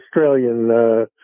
Australian